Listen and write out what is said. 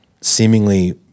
seemingly